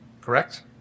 correct